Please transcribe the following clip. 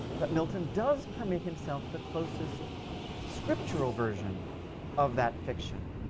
but milton does permit himself the closest scriptural version of that fiction,